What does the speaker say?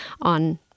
on